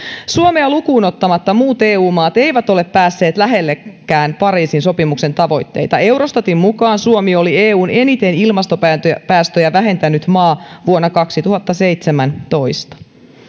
suomea lukuun ottamatta muut eu maat eivät ole päässeet lähellekään pariisin sopimuksen tavoitteita eurostatin mukaan suomi oli eun eniten ilmastopäästöjä vähentänyt maa vuonna kaksituhattaseitsemäntoista